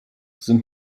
sind